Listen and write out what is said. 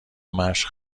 مشق